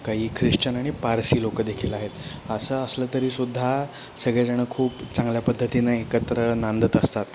काही ख्रिश्चन आणि पारसी लोकंदेखील आहेत असं असलं तरी सुद्धा सगळेजणं खूप चांगल्या पद्धतीनं एकत्र नांदत असतात